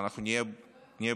ואנחנו נהיה ברחובות,